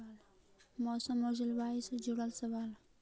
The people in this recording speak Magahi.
मौसम और जलवायु से जुड़ल सवाल?